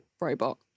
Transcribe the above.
robot